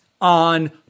on